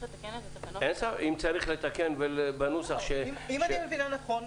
--- אם צריך לתקן בנוסח --- אם אני מבינה נכון,